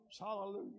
Hallelujah